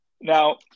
Now